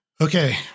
Okay